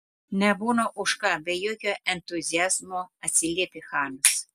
nebūna už ką be jokio entuziazmo atsiliepė chanas